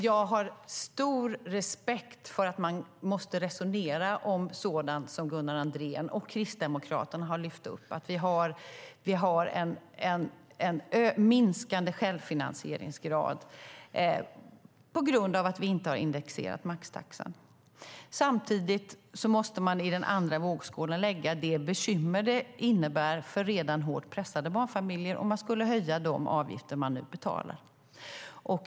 Jag har stor respekt för att man måste resonera om sådant som Gunnar Andrén och Kristdemokraterna har lyft fram: Vi har en minskande självfinansieringsgrad på grund av att vi inte har indexerat maxtaxan. Samtidigt måste man i den andra vågskålen lägga det bekymmer det innebär för redan hårt pressade barnfamiljer om man skulle höja de avgifter som de nu betalar.